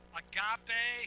agape